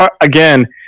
again